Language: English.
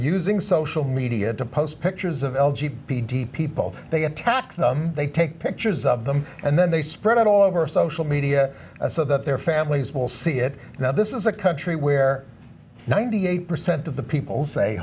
using social media to post pictures of l g p d people they attack them they take pictures of them and then they spread out all over social media so that their families will see it now this is a country where ninety eight percent of the people